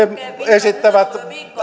he esittävät